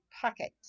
pocket